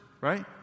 right